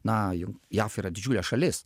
na jav yra didžiulė šalis